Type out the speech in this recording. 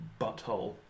butthole